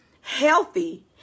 healthy